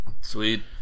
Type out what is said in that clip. Sweet